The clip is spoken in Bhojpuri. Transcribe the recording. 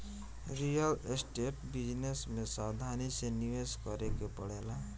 रियल स्टेट बिजनेस में सावधानी से निवेश करे के पड़ेला